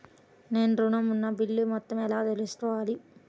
నేను ఋణం ఉన్న బిల్లు మొత్తం ఎలా తెలుసుకోవాలి?